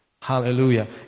Hallelujah